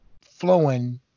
flowing